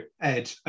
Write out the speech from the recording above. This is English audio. Ed